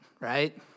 right